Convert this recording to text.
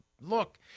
look